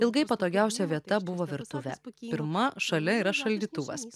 ilgai patogiausia vieta buvo virtuvė pirma šalia yra šaldytuvas